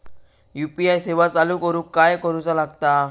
UPI सेवा चालू करूक काय करूचा लागता?